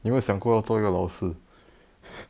你有没有想过要做一个老师